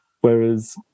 Whereas